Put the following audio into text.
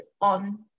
on